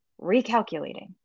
recalculating